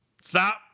Stop